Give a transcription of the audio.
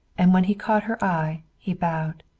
and when he caught her eye he bowed.